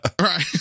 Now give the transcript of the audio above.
right